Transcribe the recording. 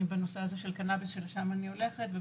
בנושא הזה של קנאביס שלשם אני הולכת.